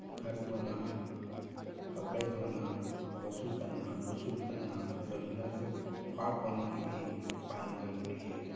گھر دھونا کپڑے دھونا وضو کرنا غسل کرنا ضروریات سے پاک ہونے کے لئے پانی ضروری ہے